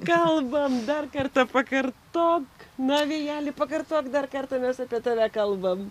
kalbam dar kartą pakartok na vėjeli pakartok dar kartą nes apie tave kalbam